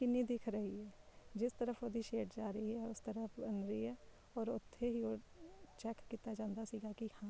ਕਿੰਨੀ ਦਿੱਖ ਰਹੀ ਹੈ ਜਿਸ ਤਰਫ ਉਹਦੀ ਸ਼ੇਡ ਜਾ ਰਹੀ ਹੈ ਉਸ ਤਰਫ ਬਣ ਰਹੀ ਹੈ ਔਰ ਉੱਥੇ ਹੀ ਉਹ ਚੈੱਕ ਕੀਤਾ ਜਾਂਦਾ ਸੀਗਾ ਕਿ ਹਾਂ